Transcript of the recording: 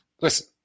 Listen